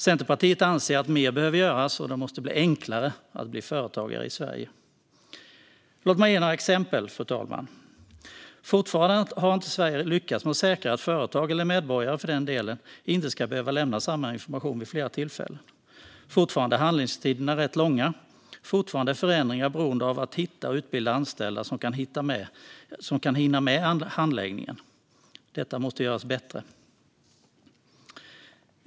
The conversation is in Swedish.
Centerpartiet anser att mer behöver göras och att det måste bli enklare att bli företagare i Sverige. Låt mig ge några exempel, fru talman! Fortfarande har Sverige inte lyckats säkra att företag - eller medborgare för den delen - inte ska behöva lämna samma information vid flera tillfällen. Fortfarande är handläggningstiderna rätt långa. Fortfarande är förändringar beroende av att man hittar och utbildar anställda som kan hinna med handläggningen. Detta måste göras bättre.